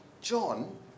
John